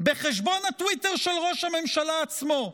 בחשבון הטוויטר של ראש הממשלה עצמו,